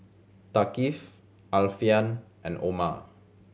Thaqif Alfian and Omar